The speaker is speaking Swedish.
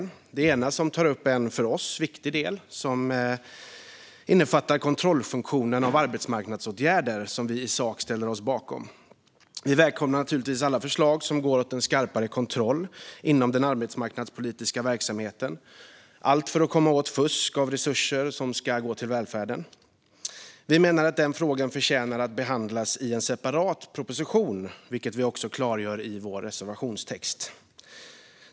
I den ena tas en för oss viktig del upp som innefattar kontrollfunktionen av arbetsmarknadsåtgärder som vi i sak ställer oss bakom. Vi välkomnar naturligtvis alla förslag som går åt en skarpare kontroll inom den arbetsmarknadspolitiska verksamheten, allt för att komma åt fusk med resurser som ska gå till välfärden. Vi menar att denna fråga förtjänar att behandlas i en separat proposition, vilket vi också klargör i vår reservation.